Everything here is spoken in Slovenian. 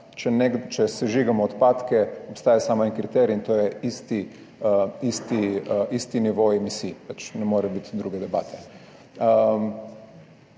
Če sežigamo odpadke, obstaja samo en kriterij, in to je isti nivo emisij. Ne more biti druge debate.